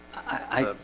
i?